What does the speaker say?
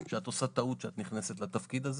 שאת עושה טעות כשאת נכנסת לתפקיד הזה.